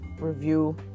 review